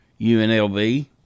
UNLV